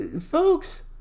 folks